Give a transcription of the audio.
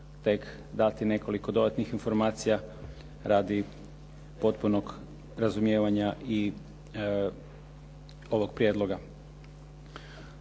tek dati nekoliko dodatnih informacija radi potpunog razumijevanja i ovog prijedloga.